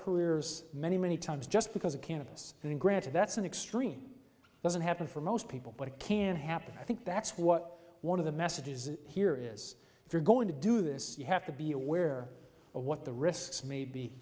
careers many many times just because of cannabis and granted that's an extreme doesn't happen for most people but it can happen i think that's what one of the messages here is if you're going to do this you have to be aware of what the risks may be